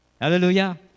Hallelujah